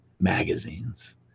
magazines